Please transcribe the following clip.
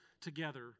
together